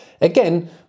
Again